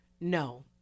no